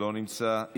לא נמצא.